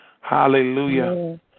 Hallelujah